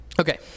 Okay